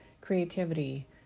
creativity